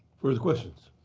further questions?